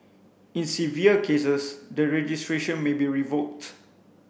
in severe cases the registration may be revoked